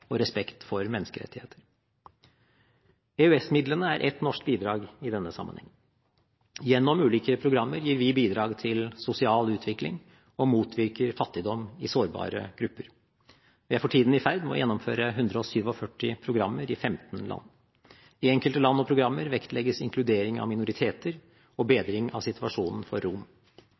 og respekt for menneskerettigheter. EØS-midlene er ett norsk bidrag i denne sammenheng. Gjennom ulike programmer gir vi bidrag til sosial utvikling og motvirker fattigdom i sårbare grupper. Vi er for tiden i ferd med å gjennomføre 147 programmer i 15 land. I enkelte land og programmer vektlegges inkludering av minoriteter og bedring av situasjonen for